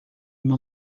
uma